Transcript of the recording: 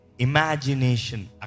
Imagination